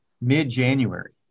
mid-January